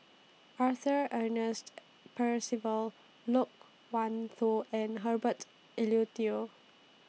Arthur Ernest Percival Loke Wan Tho and Herbert Eleuterio